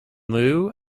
lieu